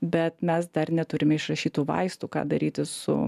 bet mes dar neturime išrašytų vaistų ką daryti su